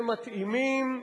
הם מתאימים,